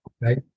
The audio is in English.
Right